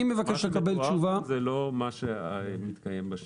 אני חושב --- אני מבקש לקבל תשובה ------ זה לא מה שמתקיים בשטח.